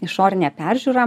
išorinę peržiūrą